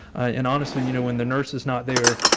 and honestly, you know, when the nurses not there,